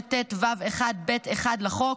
158טו(1)(ב)(1) לחוק,